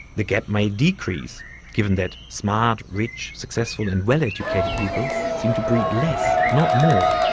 the gap may decrease given that smart, rich, successful, and well-educated people seem to breed less, not more,